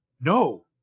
No